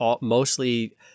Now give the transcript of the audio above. mostly